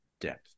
depth